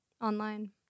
online